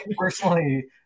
personally